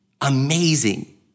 amazing